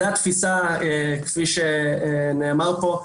זו התפיסה, כמי שנאמר כאן,